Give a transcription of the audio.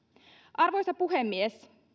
arvoisa puhemies